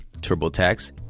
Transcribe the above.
TurboTax